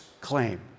claim